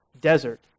desert